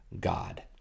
God